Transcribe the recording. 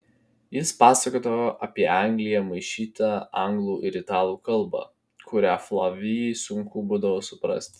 jis pasakodavo apie angliją maišyta anglų ir italų kalba kurią flavijai sunku būdavo suprasti